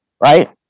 Right